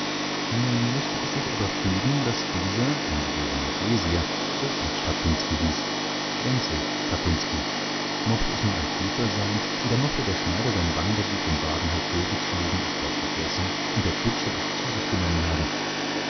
nun mußte es sich aber fügen daß dieser ein geborener schlesier wirklich strapinski hieß wenzel strapinski mochte es nun ein zufall sein oder mochte der schneider sein wanderbuch im wagen hervorgezogen es dort vergessen und der kutscher es zu sich genommen haben